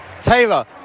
Taylor